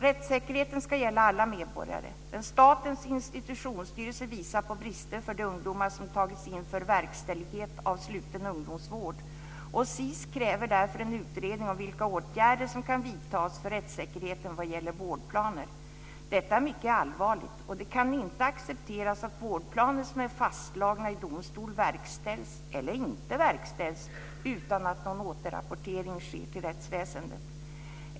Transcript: Rättssäkerheten ska gälla alla medborgare, men Statens institutionsstyrelse visar på brister för de ungdomar som tagits in för verkställighet av sluten ungdomsvård, och SIS kräver därför en utredning av vilka åtgärder som kan vidtas för rättssäkerheten vad gäller vårdplaner. Detta är mycket allvarligt, och det kan inte accepteras att vårdplaner som är fastslagna i domstol verkställs eller inte verkställs utan att någon återrapportering sker till rättsväsendet.